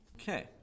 Okay